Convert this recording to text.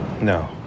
No